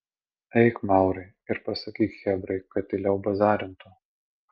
eik maurai ir pasakyk chebrai kad tyliau bazarintų